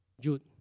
Jude